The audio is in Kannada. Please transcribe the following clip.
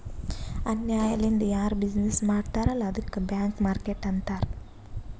ಅನ್ಯಾಯ ಲಿಂದ್ ಯಾರು ಬಿಸಿನ್ನೆಸ್ ಮಾಡ್ತಾರ್ ಅಲ್ಲ ಅದ್ದುಕ ಬ್ಲ್ಯಾಕ್ ಮಾರ್ಕೇಟ್ ಅಂತಾರ್